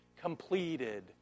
completed